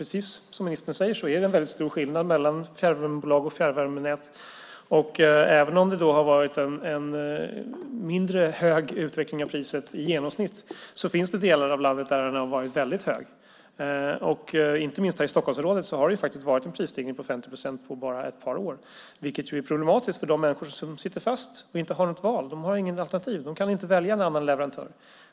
Precis som ministern säger är det en väldigt stor skillnad mellan olika fjärrvärmebolag och fjärrvärmenät. Även om det har varit en mindre hög utveckling av priset i genomsnitt finns det delar av landet där den har varit väldigt hög. Inte minst här i Stockholmsområdet har det varit en prisstegring på 50 procent på bara ett par år, vilket är problematiskt för de människor som sitter fast och inte har något val. De har inget alternativ. De kan inte välja en annan leverantör.